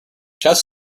chess